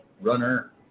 runner